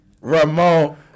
Ramon